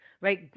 right